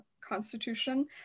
constitution